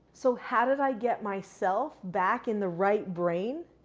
so, how did i get myself back in the right brain?